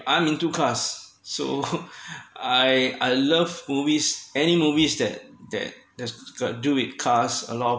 I am into cars so I I love movies any movies that that there's got do with cars a lot of